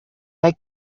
they